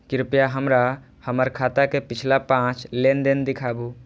कृपया हमरा हमर खाता के पिछला पांच लेन देन दिखाबू